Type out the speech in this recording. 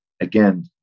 Again